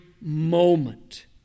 moment